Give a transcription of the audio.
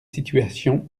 situations